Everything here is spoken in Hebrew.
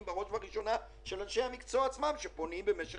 - בראש וראשונה של אנשי המקצוע עצמם שפונים במשך